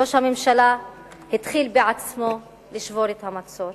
ראש הממשלה התחיל בעצמו לשבור את המצור.